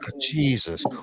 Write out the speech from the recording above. Jesus